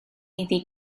iddi